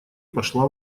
пошла